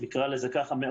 נקרא לזה, על